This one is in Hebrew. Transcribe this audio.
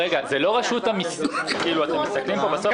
--- בסוף,